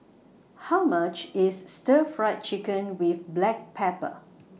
How much IS Stir Fried Chicken with Black Pepper